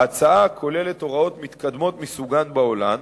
בהצעה נכללות הוראות מתקדמות מסוגן בעולם,